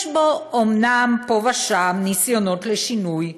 יש בו אומנם, פה ושם, ניסיונות לשינוי.